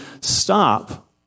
stop